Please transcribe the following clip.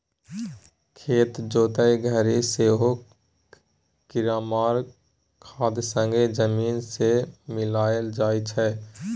खेत जोतय घरी सेहो कीरामार खाद संगे जमीन मे मिलाएल जाइ छै